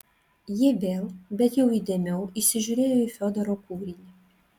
ji vėl bet jau įdėmiau įsižiūrėjo į fiodoro kūrinį